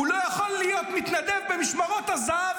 הוא לא יכול להיות מתנדב במשמרות הזה"ב,